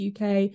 uk